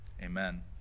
amen